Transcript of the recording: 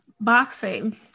Boxing